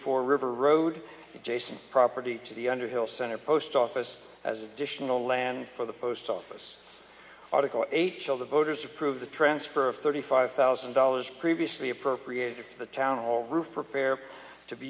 four river road adjacent property to the underhill center post office as additional land for the post office article eight children voters approve the transfer of thirty five thousand dollars previously appropriated for the town hall roof repair to be